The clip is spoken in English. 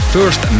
First